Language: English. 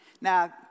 Now